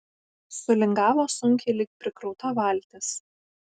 sulingavo sunkiai lyg prikrauta valtis